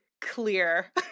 clear